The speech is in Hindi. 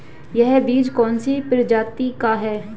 यह बीज कौन सी प्रजाति का है?